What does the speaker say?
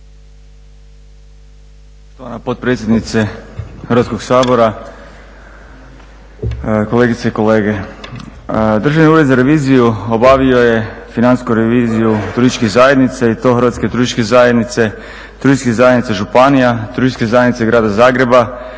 Hrvatske turističke zajednice, turističkih zajednica županija, Turističke zajednice Grada Zagreba,